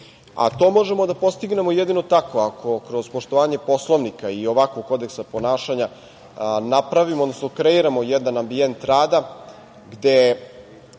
možemo da postignemo jedino tako ako kroz poštovanje Poslovnika i ovakvog kodeksa ponašanja napravimo, odnosno kreiramo jedan ambijent rada gde